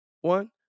one